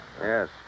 Yes